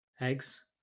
eggs